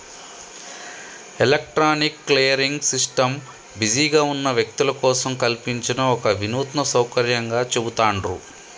electronic clearing system బిజీగా ఉన్న వ్యక్తుల కోసం కల్పించిన ఒక వినూత్న సౌకర్యంగా చెబుతాండ్రు